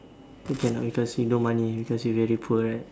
cannot because you no money because you very poor right